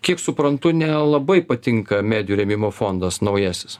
kiek suprantu nelabai patinka medijų rėmimo fondas naujasis